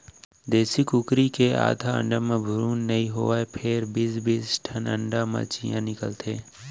देसी कुकरी के आधा अंडा म भ्रून नइ होवय फेर बीस बीस ठन अंडा म चियॉं निकलथे